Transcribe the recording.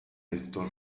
hector